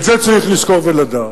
את זה צריך לזכור ולדעת.